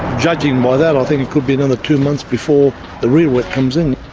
judging by that i think it could be another two months before the real wet comes in,